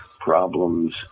problems